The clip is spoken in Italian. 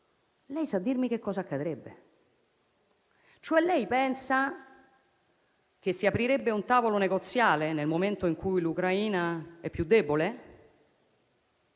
- sa dirmi che cosa accadrebbe? Lei pensa che si aprirebbe un tavolo negoziale, nel momento in cui l'Ucraina fosse più debole?